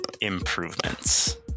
Improvements